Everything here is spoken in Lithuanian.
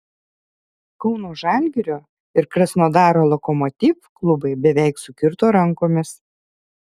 kauno žalgirio ir krasnodaro lokomotiv klubai beveik sukirto rankomis